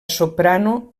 soprano